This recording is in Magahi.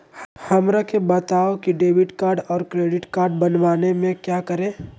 हमरा के बताओ की डेबिट कार्ड और क्रेडिट कार्ड बनवाने में क्या करें?